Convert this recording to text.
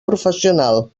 professional